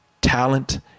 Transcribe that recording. talent